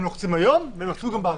הם לוחצים היום וילחצו בעתיד.